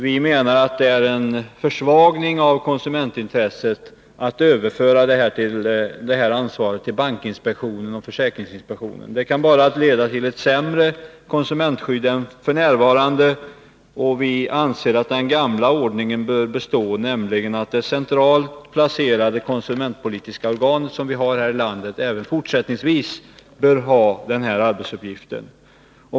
Vi menar att det är en försvagning av konsumentintresset att överföra ansvaret till bankinspektionen och försäkringsinspektionen. Det kan bara leda till ett sämre konsumentskydd än f. n. Vi anser att den gamla ordningen bör bestå, nämligen att det centralt placerade konsumentpolitiska organ som vi har här i landet även fortsättningsvis bör ha denna arbetsuppgift.